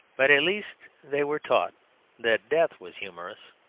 but at least they were taught that death was humorous.